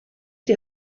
die